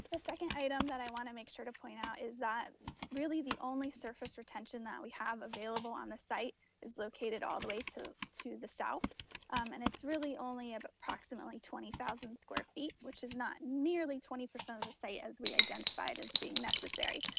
the second item that i wanna make sure to point out is that really the only surface retention that we have available on the site is located all the way to to the south and it's really only of approximately twenty thousand square feet, which is not nearly twenty percent of the site as we identified as being necessary.